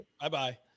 Bye-bye